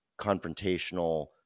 confrontational